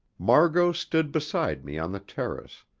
margot stood beside me on the terrace,